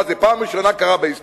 מה, זה קרה פעם ראשונה בהיסטוריה?